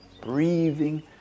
breathing